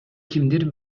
кимдир